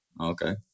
Okay